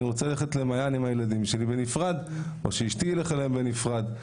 רוצה ללכת למעיין עם הילדים שלי בנפרד או שאשתי תלך אליהם בנפרד.